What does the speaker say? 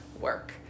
work